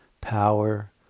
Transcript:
power